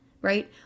right